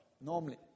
normally